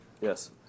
Yes